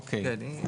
אוקיי.